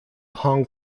hong